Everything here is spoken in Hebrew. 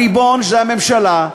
הריבון זה הממשלה,